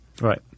Right